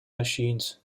machines